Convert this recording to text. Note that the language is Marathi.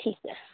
ठीक आहे